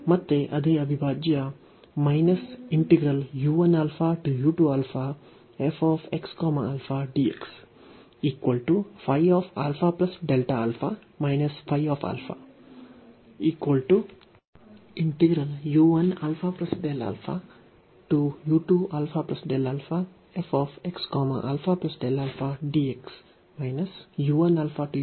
ಮತ್ತೆ ಅದೇ ಅವಿಭಾಜ್ಯ